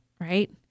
right